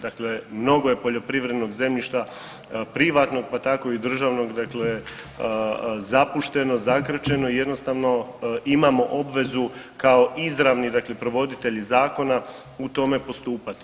Dakle, mnogo je poljoprivrednog zemljišta privatnog pa tako i državnog dakle zapušteno, zakrčeno i jednostavno imamo obvezu kao izravni dakle provoditelji zakona u tome postupati.